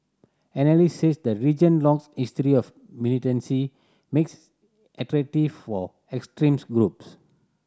analysts said the region longs history of militancy makes attractive for extremist group